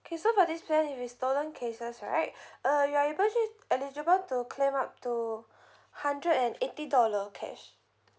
okay so for this plan if it's stolen cases right uh you're e~ eligible to claim up to hundred and eighty dollar cash